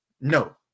no